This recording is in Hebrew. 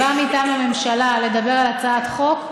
בא מטעם הממשלה לדבר על הצעת חוק,